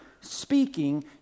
speaking